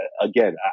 again